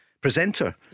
presenter